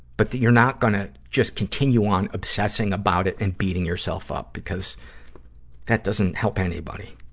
but that you're not gonna just continue on obsessing about it and beating yourself up because that doesn't help anybody,